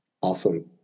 Awesome